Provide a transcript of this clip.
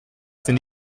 sind